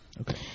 Okay